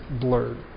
blurred